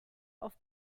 auf